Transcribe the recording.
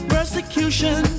Persecution